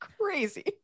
crazy